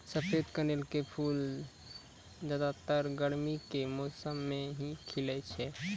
सफेद कनेल के फूल ज्यादातर गर्मी के मौसम मॅ ही खिलै छै